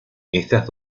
estas